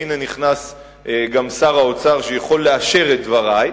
והנה נכנס גם שר האוצר שיכול לאשר את דברי,